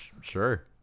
sure